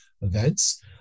events